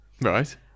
Right